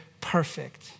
perfect